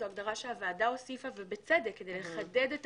זו הגדרה שהוועדה הוסיפה ובצדק, כדי לחדד את